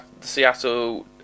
Seattle